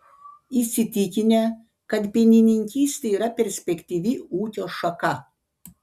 įsitikinę kad pienininkystė yra perspektyvi ūkio šaka